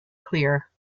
clear